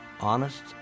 honest